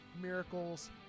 Miracles